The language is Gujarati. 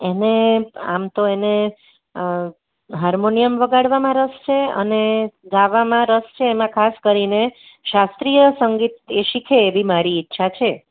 એને આમ તો એને હાર્મોનિયમ વગાડવામાં રસ છે અને ગાવામાં રસ છે એમાં ખાસ કરીને શાસ્ત્રીય સંગીત એ શીખે એવી મારી ઈચ્છા છે